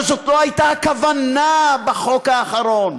אבל זו לא הייתה הכוונה בחוק האחרון.